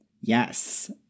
yes